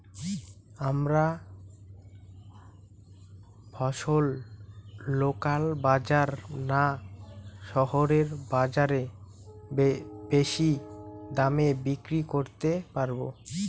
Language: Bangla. আমরা ফসল লোকাল বাজার না শহরের বাজারে বেশি দামে বিক্রি করতে পারবো?